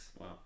Wow